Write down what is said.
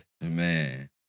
Man